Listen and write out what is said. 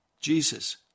Jesus